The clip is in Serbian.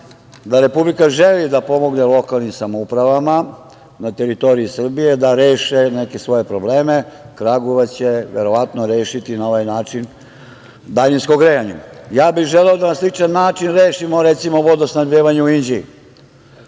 da Republika želi da pomogne lokalnim samoupravama na teritoriji Srbije da reše neke svoje probleme. Kragujevac će verovatno rešiti na ovaj način daljinsko grejanje. Ja bih želeo da na sličan način rešimo, recimo, vodosnabdevanje u Inđiji